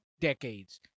decades